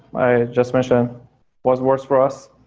i just mentioned was works for us,